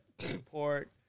support